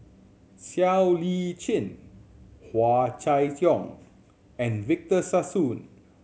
Siow Lee Chin Hua Chai Yong and Victor Sassoon